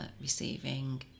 receiving